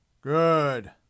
Good